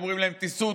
אומרים להם: תיסעו,